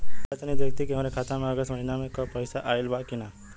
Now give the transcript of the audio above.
भईया तनि देखती की हमरे खाता मे अगस्त महीना में क पैसा आईल बा की ना?